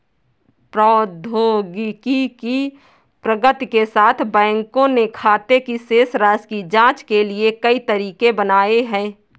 प्रौद्योगिकी की प्रगति के साथ, बैंकों ने खाते की शेष राशि की जांच के लिए कई तरीके बनाए है